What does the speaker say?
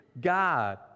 God